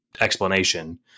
explanation